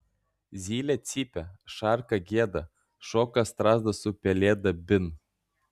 zylė cypia šarka gieda šoka strazdas su pelėda bin